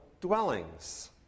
dwellings